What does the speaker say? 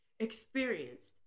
Experienced